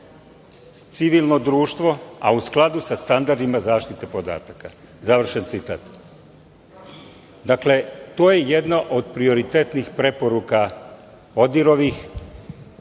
civilno društvo, a u skladu sa standardima zaštite podataka“, završen citat. Dakle, to je jedna od prioritetnih ODIHR-ih